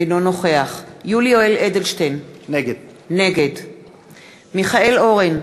אינו נוכח יולי יואל אדלשטיין, נגד מיכאל אורן,